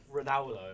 Ronaldo